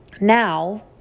now